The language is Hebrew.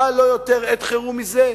מה לא יותר עת חירום מזה?